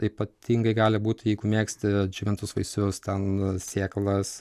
ypatingai gali būt jeigu mėgsti džiovintus vaisius ten sėklas